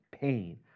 pain